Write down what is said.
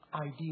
idea